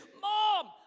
Mom